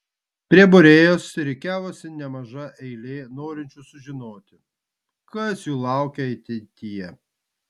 prie būrėjos rikiavosi nemaža eilė norinčių sužinoti kas jų laukia ateityje